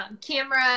camera